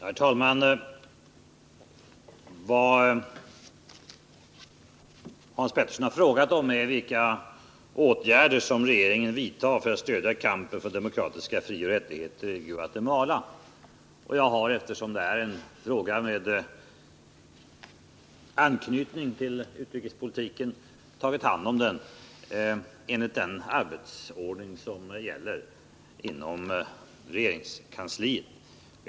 Herr talman! Vad Hans Petersson har frågat om är vilka åtgärder regeringen vidtar för att stödja kampen för demokratiska frioch rättigheter i Guatemala. Eftersom detta är en fråga med anknytning till utrikespolitiken har jag tagit hand om den enligt den arbetsordning som gäller inom regeringskansliet.